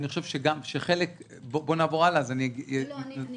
בואו נעבור הלאה -- ברשותך,